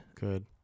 Good